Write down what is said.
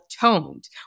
toned